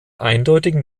eindeutigen